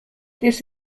this